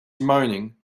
moaning